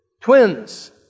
Twins